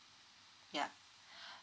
yup